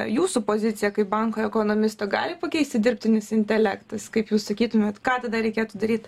jūsų poziciją kaip banko ekonomisto gali pakeisti dirbtinis intelektas kaip jūs sakytumėt ką tada reikėtų daryt